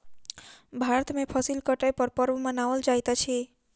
भारत में फसिल कटै पर पर्व मनाओल जाइत अछि